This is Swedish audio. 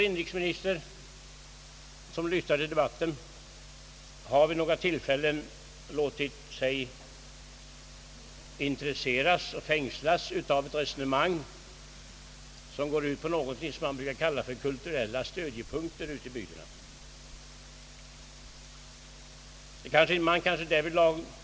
Inrikesministern, som lyssnar till debatten, har vid några tillfällen låtit sig intresseras och fängslas av ett resonemang, som går ut på någonting som han brukar kalla för kulturella stödjepunkter ute i bygderna.